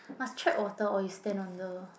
must check water or you stand under